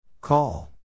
call